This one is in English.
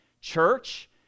Church